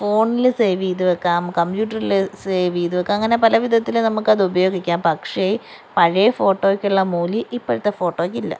ഫോണില് സേവ് ചെയ്ത് വെക്കാം കമ്പ്യൂട്ടറില് സേവ് ചെയ്ത് വെക്കാം അങ്ങനെ പല വിധത്തില് നമുക്കത് ഉപയോഗിക്കാൻ പക്ഷെ പഴയ ഫോട്ടോയ്ക്ക് ഉള്ള മൂല്യം ഇപ്പോഴത്തെ ഫോട്ടോയ്ക്ക് ഇല്ല